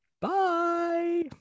bye